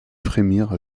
frémir